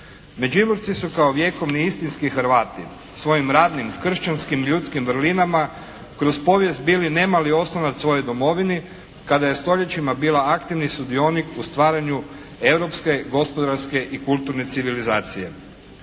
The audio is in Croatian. Međimurci su kao vjekovni istinski Hrvati svojim radnim kršćanskim ljudskim vrlinama kroz povijesti bili nemali oslonac svojoj domovini kada je stoljećima bila aktivni sudionik u stvaranju europske gospodarske i kulturne civilizacije.